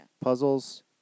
Puzzles